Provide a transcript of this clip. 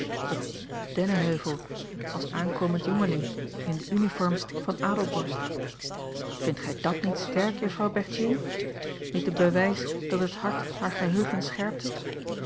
op dennenheuvel als aankomend jongeling in de uniform van adelborst vindt gij dat niet sterk juffrouw berthier niet een bewijs dat het hart haar geheugen scherpte